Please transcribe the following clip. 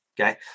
Okay